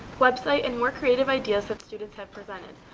website and work creative ideas that students have presented.